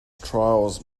trials